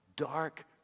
dark